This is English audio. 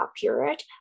period